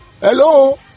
Hello